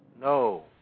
No